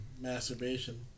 masturbation